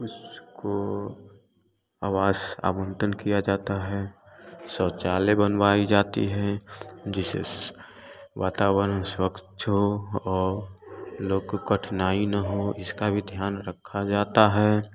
उसको आवास आमंत्रित किया जाता है शौचालय बनवाई जाती है जिससे वातावरण स्वच्छ हो और लोग को कठनाई ना हो इसका भी ध्यान रखा जाता है